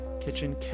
kitchen